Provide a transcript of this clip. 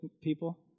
people